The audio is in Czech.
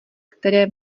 které